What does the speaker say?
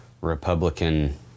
republican